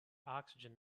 oxygen